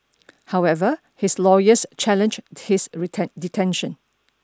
however his lawyers challenged his detention